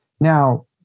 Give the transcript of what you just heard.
now